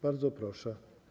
Bardzo proszę.